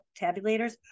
tabulators